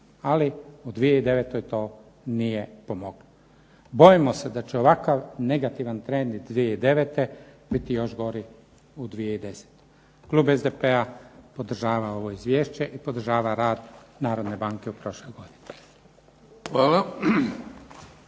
Ali u 2009. to nije pomoglo. Bojimo se da će ovakav negativan trend iz 2009. godine biti još gori u 2010. Klub SDP-a podržava ovo izvješće i podržava rad Narodne banke u prošloj godini.